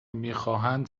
میخواهند